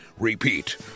repeat